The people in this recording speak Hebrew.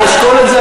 אני אשקול את זה,